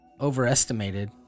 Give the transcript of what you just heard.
overestimated